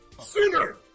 Sinner